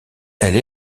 elle